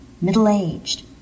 middle-aged